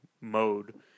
mode